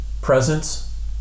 presence